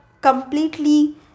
completely